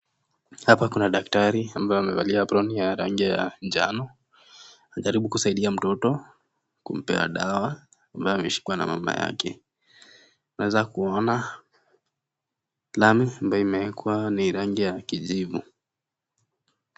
Hapa kuna daktari ambaye amevalia aproni ya rangi ya njano, anajaribu kumsaidia mtoto kumpea dawa ambaye ameshikwa na mama yake. Unaweza kuona lami ambayo imewekwa ni rangi ya kijivu.